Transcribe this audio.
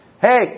Hey